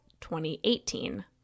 2018